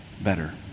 better